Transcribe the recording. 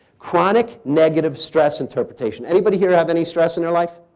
chronic negative stress interpretation. anybody here have any stress in your life?